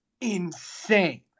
insane